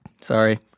Sorry